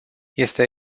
este